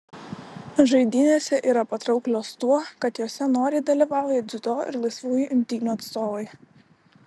žaidynėse yra patrauklios tuo kad jose noriai dalyvauja dziudo ir laisvųjų imtynių atstovai